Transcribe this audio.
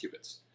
qubits